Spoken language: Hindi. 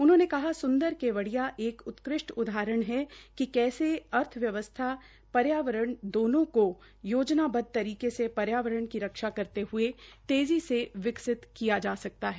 उन्होंने कहा कि सुंदर केवडिया एक उत्कृष्ट उदाहरण है कि कैसे अर्थव्यवस्था पर्यावरण दोनों को योजनाबद्ध तरीके से पर्यावरण की रक्षा करते हुये तेज़ी से विकसित किया जा सकता है